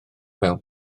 fewn